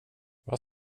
vad